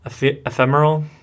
Ephemeral